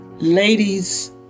Ladies